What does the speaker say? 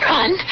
Run